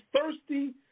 thirsty